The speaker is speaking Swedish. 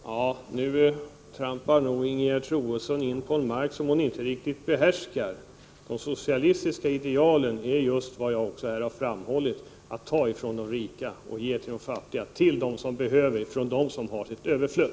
Herr talman! Nu trampar nog Ingegerd Troedsson in på en mark som hon inte riktigt behärskar. De socialistiska idealen är just vad jag också här har framhållit, att ta från de rika och ge till de fattiga, till dem som behöver från dem som har sitt överflöd.